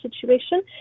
situation